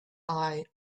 eye